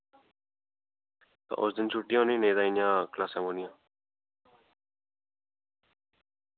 उस दिन छुट्टी होनी नेईं तां इंया क्लॉसां बौह्नियां